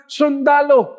sundalo